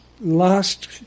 last